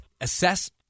assess